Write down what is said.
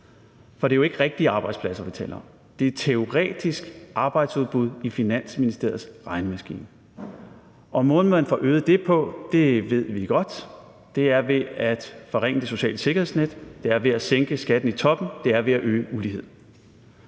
For det er jo ikke rigtige arbejdspladser, vi taler om. Det er et teoretisk arbejdsudbud i Finansministeriets regnemaskine, og måden, man får øget det på, kender vi godt. Det er ved at forringe det sociale sikkerhedsnet, sænke skatten i toppen og øge uligheden.